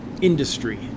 industry